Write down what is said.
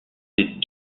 des